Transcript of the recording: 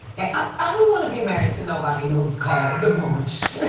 i don't want to be married to nobody who is called the mooch.